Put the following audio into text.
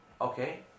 okay